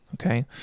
okay